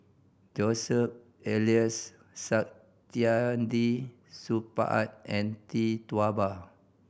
Joseph Elias Saktiandi Supaat and Tee Tua Ba